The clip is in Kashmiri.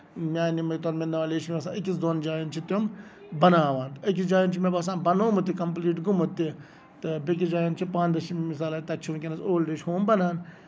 میانہِ یِمے نولیج چھِ آسان أکِس دۄن جاین چھِ تٔمۍ بَناوان أکِس جایہِ چھُ مےٚ باسان بَنومُت تہِ کَمپٕلیٹ گوٚومُت تہِ تہٕ بیٚیہِ کِس جایہِ ہن چھِ پاٹنر شِپ کران تَتہِ چھُ ؤنکینس اولڑ ایج ہوم بَنان